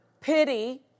pity